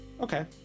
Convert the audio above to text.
Okay